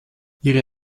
ihre